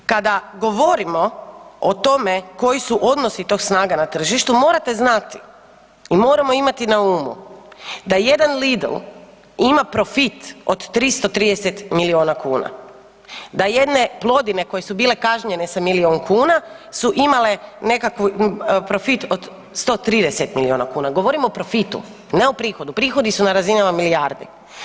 Isto tako, dakle kada govorimo o tome koji su odnosi tog snaga na tržištu morate znati i moramo imati na umu da jedan „Lidl“ ima profit od 330 milijona kuna, da jedne „Plodine“ koje su bile kažnjene sa milijon kuna su imale nakakvu profit od 130 milijona kuna, govorimo o profitu ne o prihodu, prihodi su na razinama milijardi.